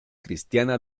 cristiana